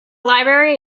library